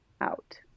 out